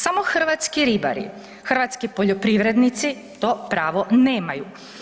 Samo hrvatski ribari, hrvatski poljoprivrednici to pravo nemaju.